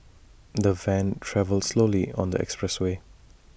the van travelled slowly on the expressway